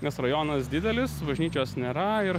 nes rajonas didelis bažnyčios nėra ir